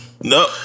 No